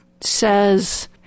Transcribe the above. says